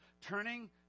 turning